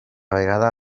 vegada